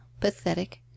pathetic